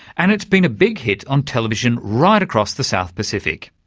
and it's been a big hit on television right across the south pacific.